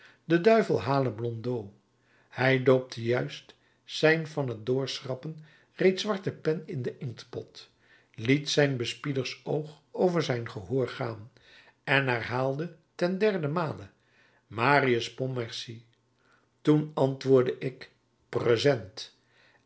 de duivel hale blondeau hij doopte juist zijn van t doorschrappen reeds zwarte pen in den inktpot liet zijn bespiedersoog over zijn gehoor gaan en herhaalde ten derde male marius pontmercy toen antwoordde ik